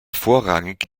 vorrangig